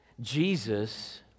Jesus